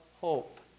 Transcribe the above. hope